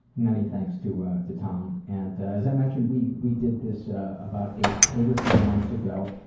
many thanks to to tom, and as i mentioned we we did this about eight eight or so months ago,